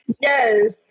Yes